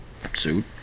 suit